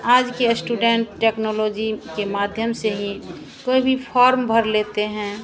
आज के student technology के माध्यम से ही कोई भी फॉर्म भर लेते हैं